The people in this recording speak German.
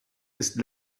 ist